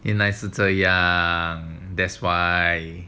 原来是这样 that's why